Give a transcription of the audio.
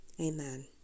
amen